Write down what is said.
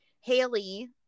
Haley